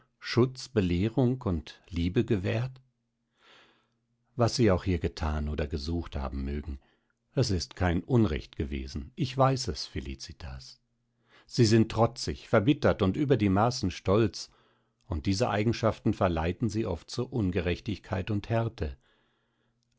schutz belehrung und liebe gewährt was sie auch hier gethan oder gesucht haben mögen es ist kein unrecht gewesen ich weiß es felicitas sie sind trotzig verbittert und über die maßen stolz und diese eigenschaften verleiten sie oft zur ungerechtigkeit und härte